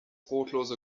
brotlose